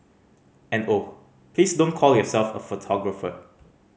and oh please don't call yourself a photographer